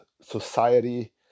society